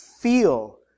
feel